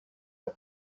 aho